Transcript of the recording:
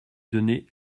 donner